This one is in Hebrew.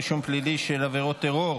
רישום פלילי של עבירות טרור),